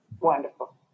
Wonderful